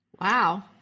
Wow